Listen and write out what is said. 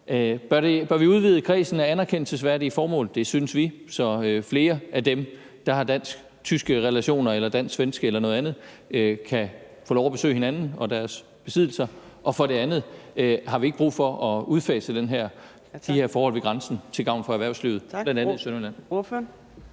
Bør vi udvide kredsen af anerkendelsesværdige formål – det synes vi – så flere af dem, der har dansk-tyske eller dansk-svenske relationer eller noget andet, kan få lov at besøge hinanden og deres besiddelser? Og har vi ikke brug for at udfase de her forhold ved grænsen til gavn for erhvervslivet,